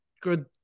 Good